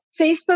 Facebook